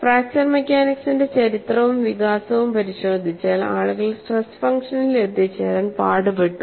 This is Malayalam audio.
ഫ്രാക്ചർ മെക്കാനിക്സിന്റെ ചരിത്രവും വികാസവും പരിശോധിച്ചാൽ ആളുകൾ സ്ട്രെസ് ഫംഗ്ഷനിൽ എത്തിച്ചേരാൻ പാടുപെട്ടു